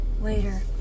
later